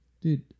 dude